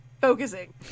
focusing